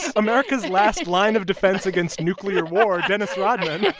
america's last line of defense against nuclear war, dennis rodman